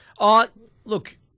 look